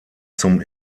zum